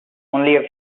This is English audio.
only